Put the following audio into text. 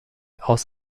aus